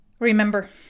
Remember